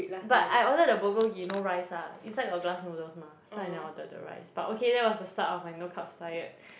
but I ordered the bulgogi no rice ah inside got glass noodles mah so I never ordered the rice but okay that was the start of my no carbs diet